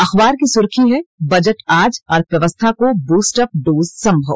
अखबार की सुर्खी है बजट आज अर्थव्यवस्था को बूस्टअप डोज संभव